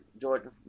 Jordan